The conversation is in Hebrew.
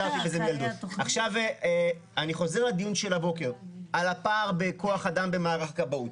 אני חוזר לדיון של הבוקר על הפער בכוח אדם במערך כבאות,